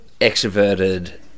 extroverted